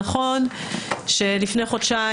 נכון שלפני חודשיים